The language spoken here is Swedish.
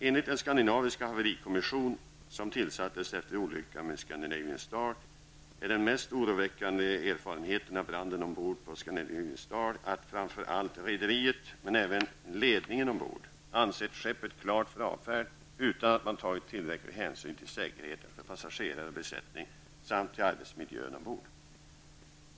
Enligt den skandinaviska haverikommission som tillsattes efter olyckan med Scandinavian Star är den mest oroväckande erfarenheten av branden ombord på Scandinavian Star att framför allt rederiet, men även ledningen ombord, ansett skeppet klart för avfärd utan att man tagit tillräcklig hänsyn till säkerheten för passagerare och besättning samt till arbetsmiljön ombord.